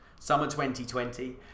summer2020